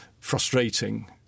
frustrating